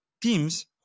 teams